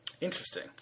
Interesting